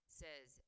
says